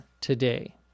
today